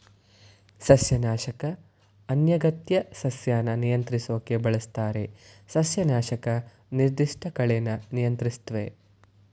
ಸಸ್ಯನಾಶಕವು ಅನಗತ್ಯ ಸಸ್ಯನ ನಿಯಂತ್ರಿಸೋಕ್ ಬಳಸ್ತಾರೆ ಸಸ್ಯನಾಶಕ ನಿರ್ದಿಷ್ಟ ಕಳೆನ ನಿಯಂತ್ರಿಸ್ತವೆ